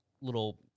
little